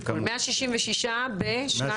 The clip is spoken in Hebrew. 166 בשנת?